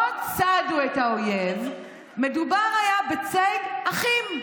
לא צדו את האויב, מדובר היה בציד אחים.